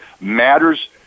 matters